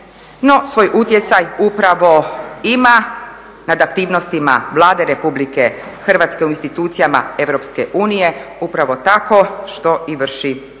svoj utjecaj upravo ima nad aktivnostima Vlade Republike Hrvatske u institucijama Europske unije upravo tako što i vrši